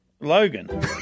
Logan